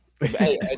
hey